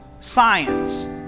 science